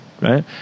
right